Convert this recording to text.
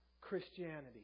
Christianity